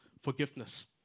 forgiveness